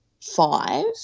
five